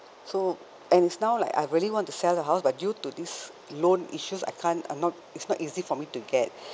so and it's now like I really want to sell the house but due to this loan issues I can't I'm not it's not easy for me to get